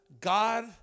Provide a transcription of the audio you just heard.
God